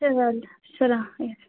sir sorry சொல்லுங்க எ